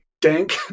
dank